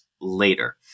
later